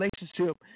relationship